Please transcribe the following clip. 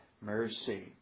mercy